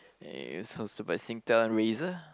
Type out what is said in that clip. they used also by Singtel Razer